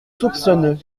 soupçonneux